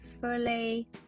fully